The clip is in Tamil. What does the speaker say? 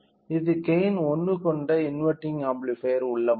இது கெய்ன் 1 கொண்ட இன்வெர்டிங் ஆம்ப்ளிஃபையர் உள்ளமைவு